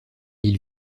ils